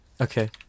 Okay